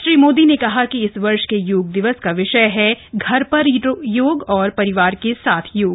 श्री मोदी ने कहा कि इस वर्ष के योग दिवस का विषय है घर पर योग और परिवार के साथ योग